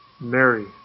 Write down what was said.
Mary